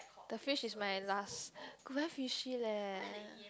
the fish is my last very fishy leh